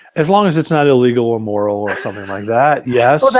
as long as it's not illegal or immoral or something like that, yes.